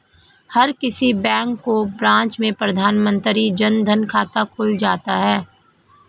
हर किसी बैंक की ब्रांच में प्रधानमंत्री जन धन खाता खुल जाता है